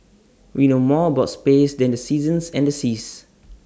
we know more about space than the seasons and the seas